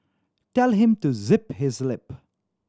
tell him to zip his lip